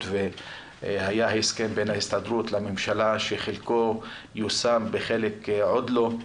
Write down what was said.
והיה הסכם בין ההסתדרות לממשלה שחלקו יושם וחלק עוד לא.